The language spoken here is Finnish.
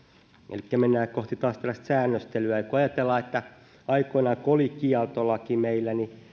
elikkä mennään taas kohti tällaista säännöstelyä kun ajatellaan että aikoinaan kun oli kieltolaki meillä